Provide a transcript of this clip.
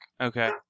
Okay